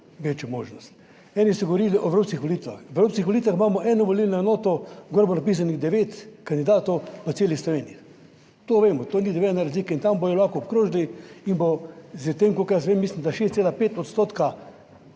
večjo možnost. Eni so govorili o evropskih volitvah. Na evropskih volitvah imamo eno volilno enoto, gor bo napisanih devet kandidatov po celi Sloveniji, to vemo, to ni nobene razlike, in tam bodo lahko obkrožili in bo s tem, kolikor jaz vem, mislim, da 6,5 %